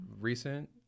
Recent